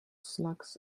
slugs